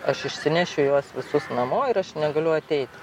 aš išsinešiu juos visus namo ir aš negaliu ateiti